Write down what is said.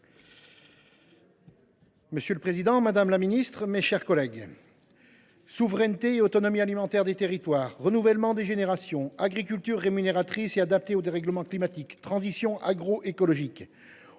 Monsieur le président, madame la ministre, mes chers collègues, souveraineté et autonomie alimentaire des territoires, renouvellement des générations, agriculture rémunératrice et adaptée au dérèglement climatique, transition agroécologique